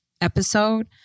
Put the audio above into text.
episode